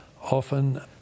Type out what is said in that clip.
often